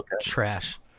trash